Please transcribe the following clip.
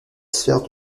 sphère